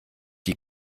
die